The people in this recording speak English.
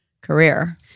career